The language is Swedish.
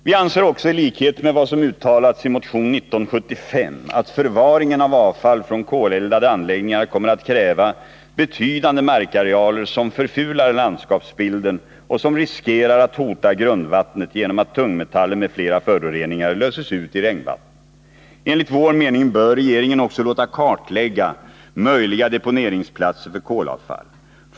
Vi anser också, i likhet med vad som uttalas i motion 1975, att förvaringen av avfall från koleldade anläggningar kommer att kräva betydande markarealer som förfular landskapsbilden och som riskerar att hota grundvattnet genom att tungmetaller m.fl. föroreningar löses ut i regnvatten. Enligt vår mening bör regeringen också låta kartlägga tänkbara deponeringsplatser för kolavfall.